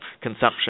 consumption